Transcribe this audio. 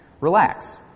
Relax